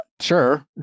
Sure